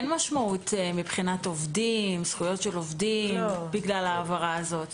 אין משמעות מבחינת זכויות של עובדים בגלל ההעברה הזאת,